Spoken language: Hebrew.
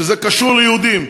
כשזה קשור ליהודים.